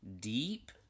Deep